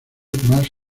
más